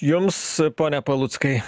jums pone paluckai